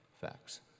facts